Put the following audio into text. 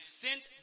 sent